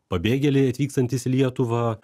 pabėgėliai atvykstantys į lietuvą